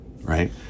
Right